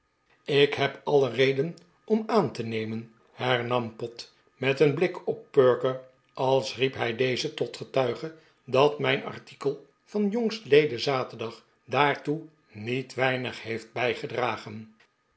ik heb alle reden om aan te nemen hernam pott met een blik op perker als riep hij dezen tot getuige dat mijn artikel van jongstleden zaterdag daartoe niet weinig heeft bijgedragen